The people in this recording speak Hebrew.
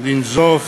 לנזוף